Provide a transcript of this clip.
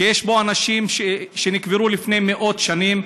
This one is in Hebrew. שיש בו אנשים שנקברו לפני מאות שנים.